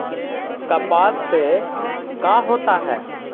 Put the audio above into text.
कपास से का होता है?